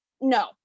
no